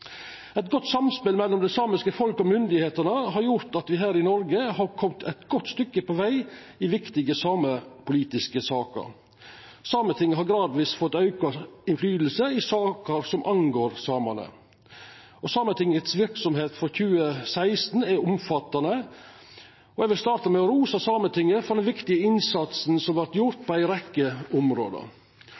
Eit godt samspel mellom det samiske folk og myndigheitene har gjort at me her i Noreg har kome eit godt stykke på veg i viktige samepolitiske saker. Sametinget har gradvis fått auka påverknad i saker som angår samane. Sametingets verksemd i 2016 var omfattande, og eg vil starta med å rosa Sametinget for den viktige innsatsen som vart gjort på ei rekkje område.